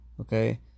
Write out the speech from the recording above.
Okay